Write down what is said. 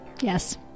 Yes